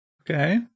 Okay